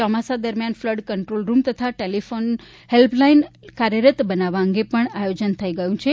ચોમાસા દરમ્યાન flood control room તથા ટેલિફોન હેલ્પલાઇન કાર્યરત બનાવવા અંગે પણ આયોજન થઇ ગયું છે